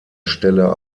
stelle